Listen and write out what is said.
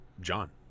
John